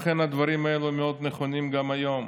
הדברים האלה מאוד נכונים גם היום.